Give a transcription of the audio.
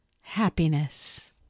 Happiness